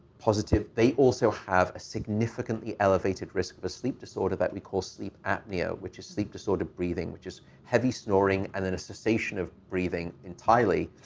positive, they also have a significantly elevated risk of a sleep disorder that we call sleep apnea, which is sleep disorder breathing, which is heavy snoring and and a cessation of breathing entirely.